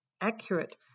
accurate